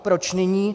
Proč nyní?